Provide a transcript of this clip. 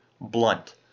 blunt